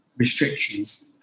restrictions